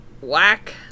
whack